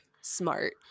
smart